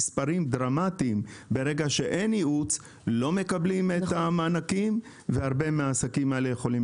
במספרים דרמטיים לא מקבלים את המענקים והרבה מהעסקים האלה יכולים